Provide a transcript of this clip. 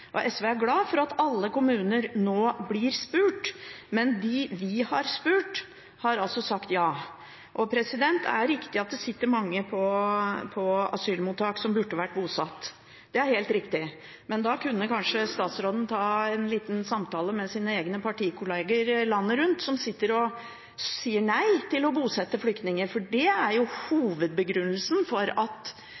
spurt. SV er glad for at alle kommuner nå blir spurt, men de vi har spurt, har altså sagt ja. Det er riktig at det sitter mange på asylmottak som burde vært bosatt – det er helt riktig. Men da kunne kanskje statsråden ta en liten samtale med sine egne partikolleger landet rundt som sitter og sier nei til å bosette flyktninger, for hovedbegrunnelsen for at flyktninger ikke blir bosatt, er jo